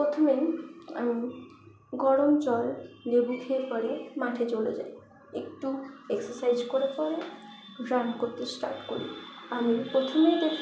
প্রথমেই গরম জল লেবু খেয়ে পরে মাঠে চলে যাই একটু এক্সারসাইজ করে পরে রান করতে স্টার্ট করি আমি প্রথমেই দেখি